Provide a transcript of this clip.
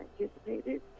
anticipated